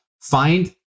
find